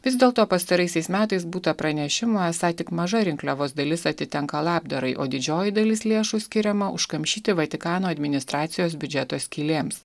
vis dėlto pastaraisiais metais būta pranešimų esą tik maža rinkliavos dalis atitenka labdarai o didžioji dalis lėšų skiriama užkamšyti vatikano administracijos biudžeto skylėms